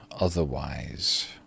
otherwise